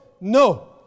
No